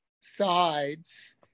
sides